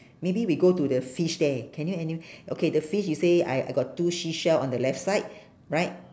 maybe we go to the fish there can you and you okay the fish you say I I got two seashell on the left side right